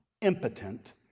impotent